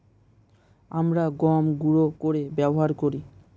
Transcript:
আমরা গম গুঁড়ো করে ব্যবহার করি